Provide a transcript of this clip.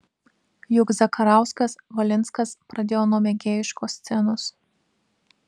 juk zakarauskas valinskas pradėjo nuo mėgėjiškos scenos